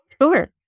Sure